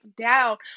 down